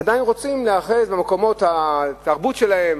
כי הם עדיין רוצים להיאחז במקומות התרבות שלהם,